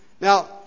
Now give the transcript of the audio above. Now